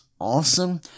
awesome